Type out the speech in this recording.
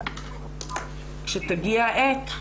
כאשר תגיע העת,